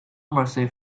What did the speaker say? mercy